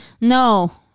No